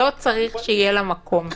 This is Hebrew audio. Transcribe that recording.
לא צריך שיהיה לה מקום.